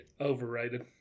Overrated